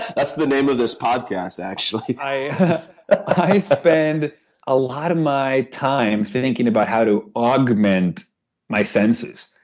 that's the name of this podcast actually. i i spend a lot of my time thinking about how to augment my senses,